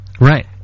Right